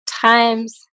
times